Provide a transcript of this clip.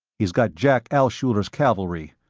he's got jack alshuler's cavalry.